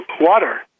water